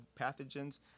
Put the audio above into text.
pathogens